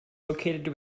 located